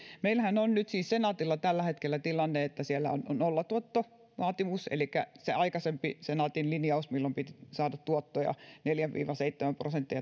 meillähän on nyt siis senaatilla tällä hetkellä tilanne että siellä on on nollatuottovaatimus elikkä sitä aikaisempaa senaatin linjausta milloin piti saada tuottoja neljä viiva seitsemän prosenttia